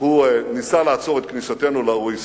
חרם על הוא ניסה לעצור את כניסתנו ל-OECD,